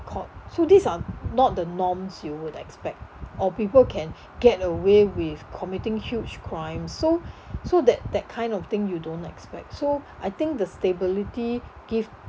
caught so these are not the norms you would expect or people can get away with committing huge crime so so that that kind of thing you don't expect so I think the stability give